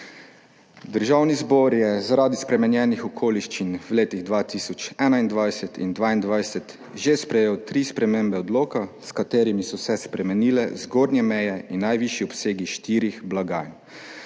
Državni zbor je zaradi spremenjenih okoliščin v letih 2021 in 2022 že sprejel tri spremembe odloka, s katerimi so se spremenile zgornje meje in najvišji obsegi štirih blagajn,